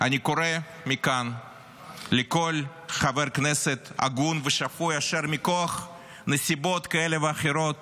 אני קורא מכאן לכל חבר כנסת הגון ושפוי אשר מכוח נסיבות כאלה ואחרות